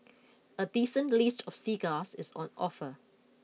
a decent list of cigars is on offer